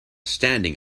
standing